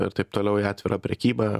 ir taip toliau į atvirą prekybą